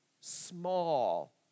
small